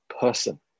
person